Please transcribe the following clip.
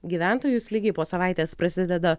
gyventojus lygiai po savaitės prasideda